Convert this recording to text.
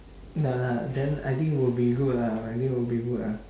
ya lah then I think will be good lah I think will be good lah